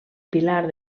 pilar